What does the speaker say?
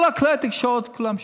כל כלי התקשורת, כולם שותקים.